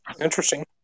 Interesting